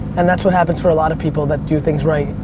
and that's what happens for a lot of people that do things right.